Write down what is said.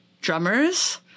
drummers